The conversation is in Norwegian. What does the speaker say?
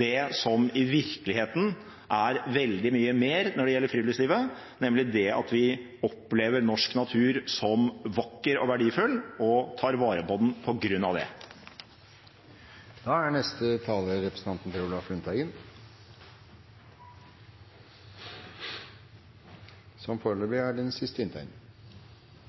det som i virkeligheten er veldig mye mer når det gjelder friluftslivet, nemlig det at vi opplever norsk natur som vakker og verdifull og tar vare på den på grunn av det.